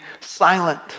silent